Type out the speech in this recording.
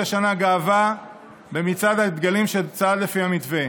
השנה גאווה במצעד הדגלים שצעד לפי המתווה,